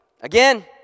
again